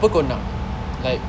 apa kau nak like